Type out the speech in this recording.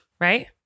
Right